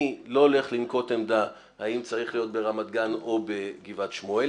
אני לא הולך לנקוט עמדה האם צריך להיות ברמת גן או בגבעת שמואל,